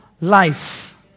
life